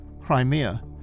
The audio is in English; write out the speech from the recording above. Crimea